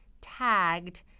tagged